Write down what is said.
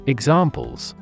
Examples